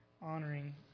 honoring